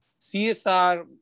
CSR